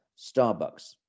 Starbucks